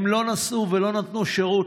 הם לא נסעו ולא נתנו שירות,